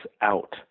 out